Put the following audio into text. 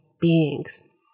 beings